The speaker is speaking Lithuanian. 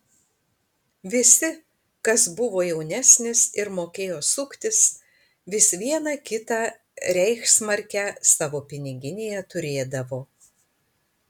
visi kas buvo jaunesnis ir mokėjo suktis vis vieną kitą reichsmarkę savo piniginėje turėdavo